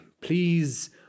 Please